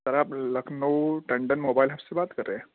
سر آپ Lucknow Tandon mobile hub سے بات کر رہے ہیں